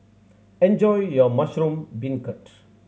enjoy your mushroom beancurd